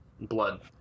blood